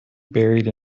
buried